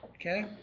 okay